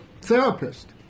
therapist